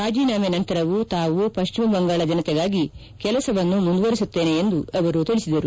ರಾಜೀನಾಮೆ ನಂತರವೂ ತಾವು ಪಶ್ಚಿಮ ಬಂಗಾಳ ಜನತೆಗಾಗಿ ಕೆಲಸವನ್ನು ಮುಂದುವರೆಸುತ್ತೇನೆ ಎಂದು ಅವರು ತಿಳಿಸಿದರು